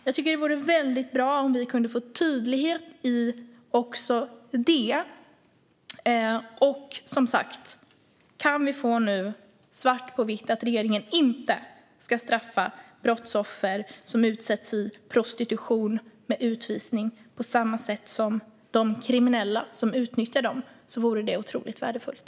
Jag tycker att det vore väldigt bra om vi kunde få klarhet också i det. Som sagt: Kan vi nu få svart på vitt att regeringen inte ska straffa brottsoffer som utsätts i prostitution med utvisning på samma sätt som de kriminella som utnyttjar dem? Det vore otroligt värdefullt.